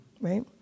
right